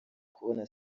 kubona